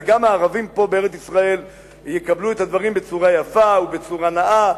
וגם הערבים פה בארץ-ישראל יקבלו את הדברים בצורה יפה ובצורה נאה,